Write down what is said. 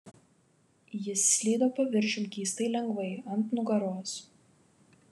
jis slydo paviršium keistai lengvai ant nugaros